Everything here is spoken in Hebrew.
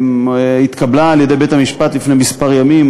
שהתקבלה על-ידי בית-המשפט לפני כמה ימים.